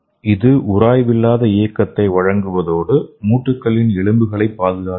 இது உராய்வில்லாத இயக்கத்தை வழங்குவதோடு மூட்டுகளின் எலும்புகளைப் பாதுகாக்கிறது